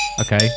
Okay